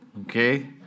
okay